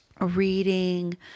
reading